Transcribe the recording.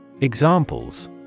Examples